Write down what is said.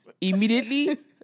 immediately